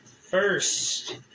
First